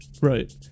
Right